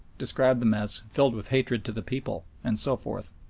describe them as filled with hatred to the people, and so forth.